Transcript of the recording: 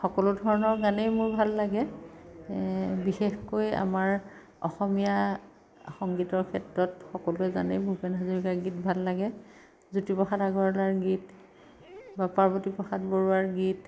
সকলো ধৰণৰ গানে মোৰ ভাল লাগে বিশেষকৈ আমাৰ অসমীয়া সংগীতৰ ক্ষেত্ৰত সকলোৱে জানে ভূপেন হাজৰিকাৰ গীত ভাল লাগে জ্যোতি প্ৰসাদ আগৰৱালাৰ গীত বা পাৰ্বতী প্ৰসাদ বৰুৱাৰ গীত